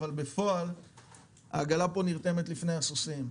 אבל בפועל העגלה פה נרתמת לפני הסוסים.